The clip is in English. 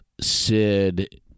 Sid